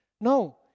No